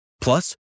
Plus